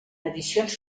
edicions